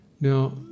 Now